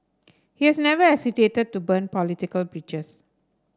he has never hesitated to burn political bridges